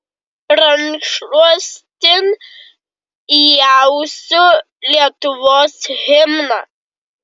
rankšluostin įausiu lietuvos himną